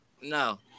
No